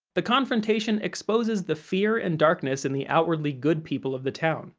the confrontation exposes the fear and darkness in the outwardly good people of the town,